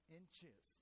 inches